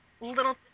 little